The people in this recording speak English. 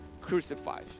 crucified